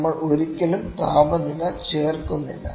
നമ്മൾ ഒരിക്കലും താപനില ചേർക്കുന്നില്ല